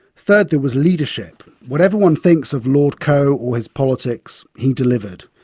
third, there was leadership. whatever one thinks of lord coe or his politics, he delivered.